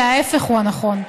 אלא ההפך הוא הנכון.